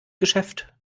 geschäft